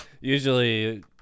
Usually